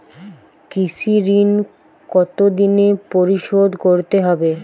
কৃষি ঋণ কতোদিনে পরিশোধ করতে হবে?